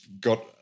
got